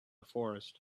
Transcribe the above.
forest